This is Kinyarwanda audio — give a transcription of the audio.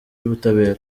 y’ubutabera